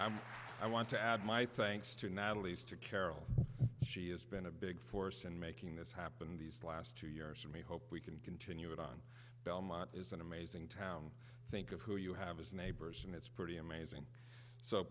again i want to add my thanks to natalie's to carol she has been a big force in making this happen these last two years for me hope we can continue it on belmont is an amazing town think of who you have is neighbors and it's pretty amazing so